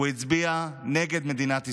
הצביע נגד מדינת ישראל,